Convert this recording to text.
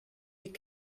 est